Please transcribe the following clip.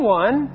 one